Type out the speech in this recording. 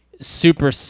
super